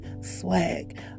swag